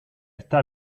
está